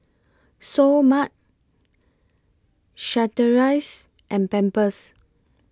Seoul Mart Chateraise and Pampers